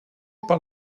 par